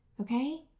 okay